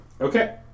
Okay